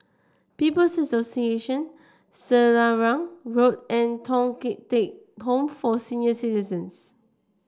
People's Association Selarang Road and Thong Teck Home for Senior Citizens